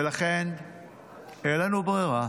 ולכן אין לנו ברירה